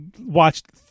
watched